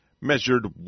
measured